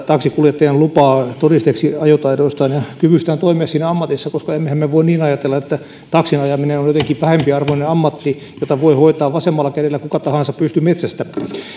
taksinkuljettajan lupaa todisteeksi ajotaidoistaan ja kyvystään toimia siinä ammatissa emmehän me voi niin ajatella että taksin ajaminen on jotenkin vähempiarvoinen ammatti jota voi hoitaa vasemmalla kädellä kuka tahansa pystymetsästä